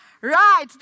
Right